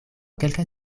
kelkaj